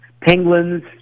penguins